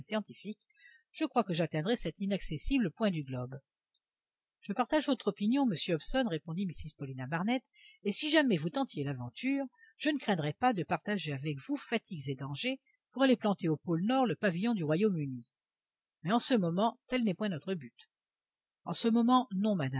je crois que j'atteindrais cet inaccessible point du globe je partage votre opinion monsieur hobson répondit mrs paulina barnett et si jamais vous tentiez l'aventure je ne craindrais pas de partager avec vous fatigues et dangers pour aller planter au pôle nord le pavillon du royaume-uni mais en ce moment tel n'est point notre but en ce moment non